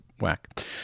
whack